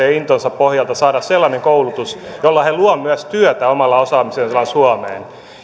intonsa pohjalta saada sellainen koulutus jolla he luovat omalla osaamisellaan myös työtä suomeen